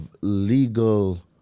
legal